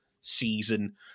season